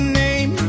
name